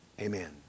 Amen